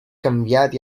canviat